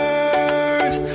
earth